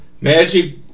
Magic